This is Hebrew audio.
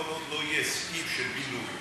כל עוד לא יהיה סעיף של בינוי,